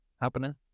happening